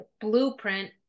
blueprint